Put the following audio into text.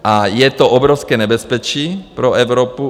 A je to obrovské nebezpečí pro Evropu.